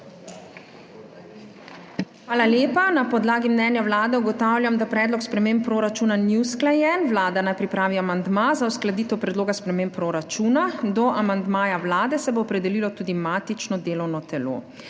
Hvala lepa. Na podlagi mnenja Vlade ugotavljam, da predlog sprememb proračuna ni usklajen. Vlada naj pripravi amandma za uskladitev predloga sprememb proračuna. Do amandmaja Vlade se bo opredelilo tudi matično delovno telo.